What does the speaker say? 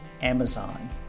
Amazon